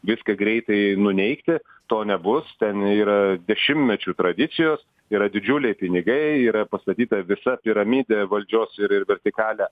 viską greitai nuneigti to nebus ten yra dešimtmečių tradicijos yra didžiuliai pinigai yra pastatyta visa piramidė valdžios ir ir vertikalė